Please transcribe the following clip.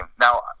Now